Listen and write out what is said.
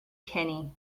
kenny